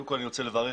אני רוצה לברך.